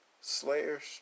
Slayer's